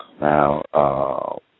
Now